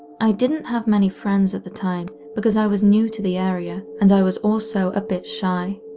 i didn't have many friends at the time because i was new to the area, and i was also a bit shy.